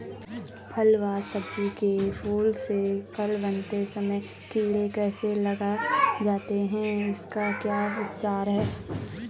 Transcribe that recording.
फ़ल व सब्जियों के फूल से फल बनते समय कीड़े कैसे लग जाते हैं इसका क्या उपचार है?